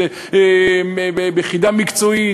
יחידה מקצועית,